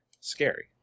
scary